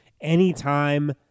anytime